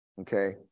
okay